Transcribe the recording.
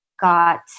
got